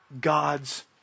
God's